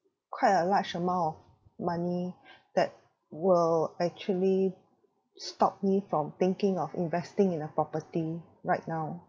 quite a large amount of money that will actually stop me from thinking of investing in a property right now